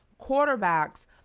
quarterbacks